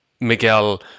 Miguel